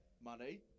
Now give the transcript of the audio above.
money